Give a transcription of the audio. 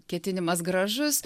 ketinimas gražus